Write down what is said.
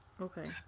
Okay